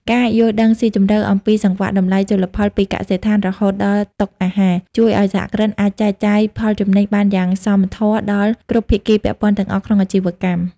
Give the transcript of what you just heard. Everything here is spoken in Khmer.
ការយល់ដឹងស៊ីជម្រៅអំពីសង្វាក់តម្លៃជលផលពីកសិដ្ឋានរហូតដល់តុអាហារ ជួយឱ្យសហគ្រិនអាចចែកចាយផលចំណេញបានយ៉ាងសមធម៌ដល់គ្រប់ភាគីពាក់ព័ន្ធទាំងអស់ក្នុងអាជីវកម្ម។